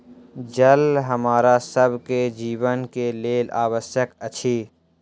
जल हमरा सभ के जीवन के लेल आवश्यक अछि